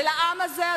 ולעם הזה,